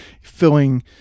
filling